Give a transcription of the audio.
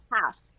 half